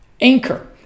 anchor